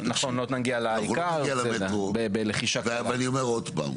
נגיע למטרו ואני אומר עוד פעם,